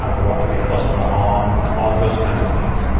um want to be close to my mom, all of those kinds of things.